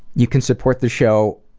you can support the show